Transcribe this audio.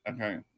Okay